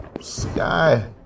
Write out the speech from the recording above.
Sky